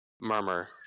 murmur